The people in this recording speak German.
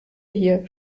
hier